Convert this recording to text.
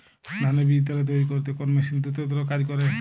ধানের বীজতলা তৈরি করতে কোন মেশিন দ্রুততর কাজ করে?